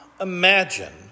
imagine